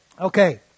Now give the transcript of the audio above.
Okay